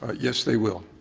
ah yes, they will.